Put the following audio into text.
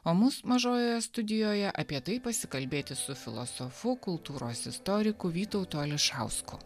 o mums mažojoje studijoje apie tai pasikalbėti su filosofu kultūros istoriku vytautu ališausku